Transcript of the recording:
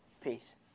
Peace